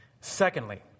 Secondly